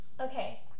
Okay